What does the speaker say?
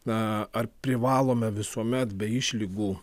na ar privalome visuomet be išlygų